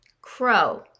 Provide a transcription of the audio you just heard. Crow